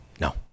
No